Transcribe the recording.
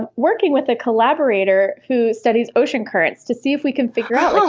but working with a collaborator who studies ocean currents to see if we could figure out,